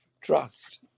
trust